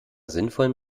sinnvollen